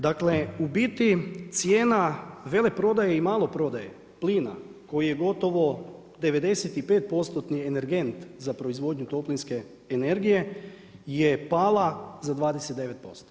Dakle u biti cijena veleprodaje i maloprodaje plina koji je gotovo 95% energent za proizvodnju toplinske energije je pala za 29%